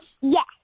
Yes